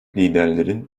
liderlerin